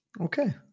Okay